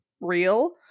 real